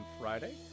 Friday